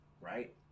right